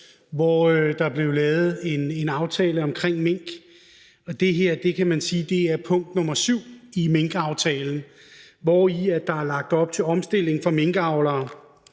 hvor der blev lavet en aftale omkring mink, og det her kan man sige er punkt nr. 7 i minkaftalen, hvori der er lagt op til omstilling for minkavlere